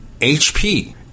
HP